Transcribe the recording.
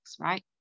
right